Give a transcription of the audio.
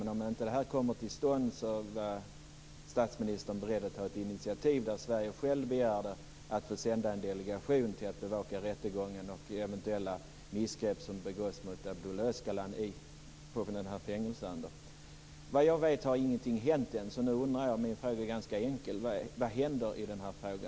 Men om detta inte kommer till stånd var statsministern beredd att ta ett initiativ där Sverige självt begär att få sända en delegation för att bevaka rättegången och eventuella missgrepp som begåtts mot Abdullah Öcalan på fängelseön. Såvitt jag vet har ingenting hänt. Min fråga är därför ganska enkel. Vad händer i denna fråga?